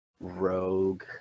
rogue